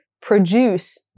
produce